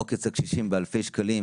עוקץ הקשישים באלפי שקלים,